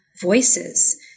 voices